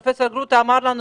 פרופ' גרוטו אמר לנו,